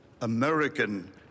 American